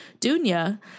Dunya